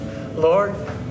Lord